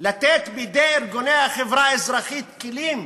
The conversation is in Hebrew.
לתת בידי ארגוני החברה האזרחית כלים